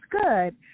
good